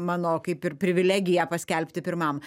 mano kaip ir privilegiją paskelbti pirmam